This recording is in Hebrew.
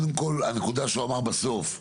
הנקודה שהוא אמר בסוף,